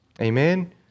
Amen